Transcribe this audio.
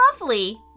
lovely